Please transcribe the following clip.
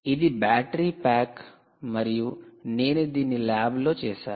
ఇది battery pack మరియు నేను దీన్ని ల్యాబ్లో చేసాను